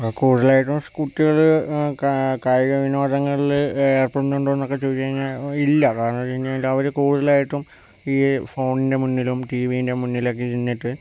കൂടുതലായിട്ടും കുട്ടികള് കാ കായിക വിനോദങ്ങളില് ഏർപ്പെടുന്നുണ്ടോന്നക്കെ ചോദിച്ച് കഴിഞ്ഞാൽ ഇല്ല കാരണം എന്താന്ന് വച്ച് കഴിഞ്ഞാൽ അവര് കൂടുതലായിട്ടും ഈ ഫോണിൻ്റെ മുന്നിലും ടിവിൻ്റെ മുന്നിലൊക്കെ ഇരുന്നിട്ട്